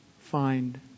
find